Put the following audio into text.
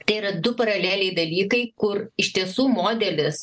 tai yra du paraleliai dalykai kur iš tiesų modelis